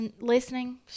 listening